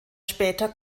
später